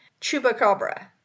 Chupacabra